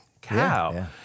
cow